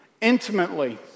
intimately